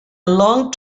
long